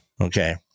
Okay